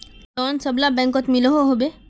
Loan सबला बैंकोत मिलोहो होबे?